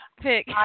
pick